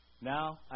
Now